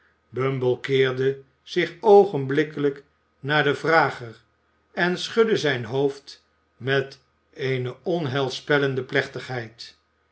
bumble keerde zich oogenblikkelijk naar den vrager en schudde zijn hoofd met eene onheilspellende plechtigheid